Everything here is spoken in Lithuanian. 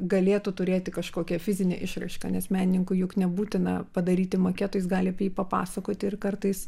galėtų turėti kažkokią fizinę išraišką nes menininkui juk nebūtina padaryti maketą jis gali apie jį papasakoti ir kartais